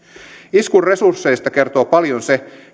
iskun resursseista kertoo paljon se